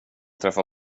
träffa